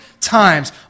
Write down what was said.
times